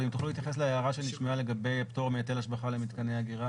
להערה שנשמעה לגבי פטור מהיטל השבחה למתקני אגירה.